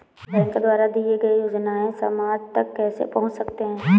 Bank द्वारा दिए गए योजनाएँ समाज तक कैसे पहुँच सकते हैं?